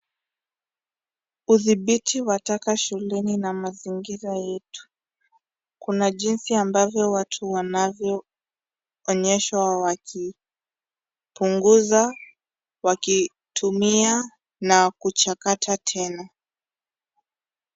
Udhibiti wa taka shuleni na mazingira yetu. Kuna jinsi ambavyo watu wanavyoonyeshwa wakipunguza, wakitumia na kuchakata tena.